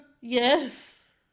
Yes